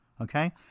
Okay